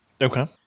Okay